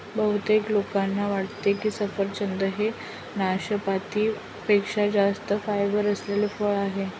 बहुतेक लोकांना वाटते की सफरचंद हे नाशपाती पेक्षा जास्त फायबर असलेले फळ आहे